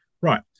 Right